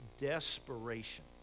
desperation